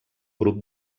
grup